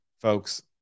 folks